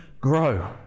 grow